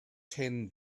ten